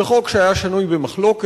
זה חוק שהיה שנוי במחלוקת,